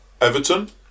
Everton